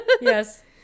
Yes